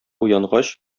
уянгач